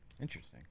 Interesting